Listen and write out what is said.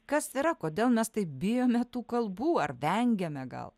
kas yra kodėl mes taip bijome tų kalbų ar vengiame gal